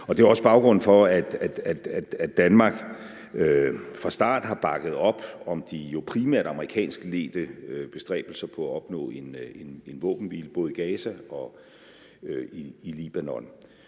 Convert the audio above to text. Det er også baggrunden for, at Danmark fra start har bakket op om de primært amerikansk ledede bestræbelser på at opnå en våbenhvile i både Gaza og i Libanon.